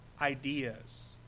ideas